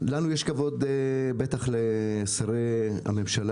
לנו יש כבוד לשרי הממשלה,